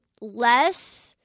less